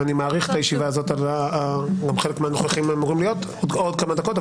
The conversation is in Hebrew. אני מאריך את הישיבה הזאת עוד כמה דקות,